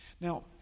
Now